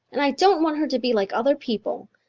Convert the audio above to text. and i don't want her to be like other people.